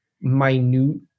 minute